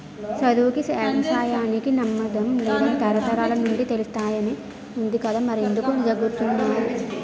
సదువుకీ, ఎగసాయానికి సమ్మందం లేదని తరతరాల నుండీ తెలుస్తానే వుంది కదా మరెంకుదు జంకుతన్నావ్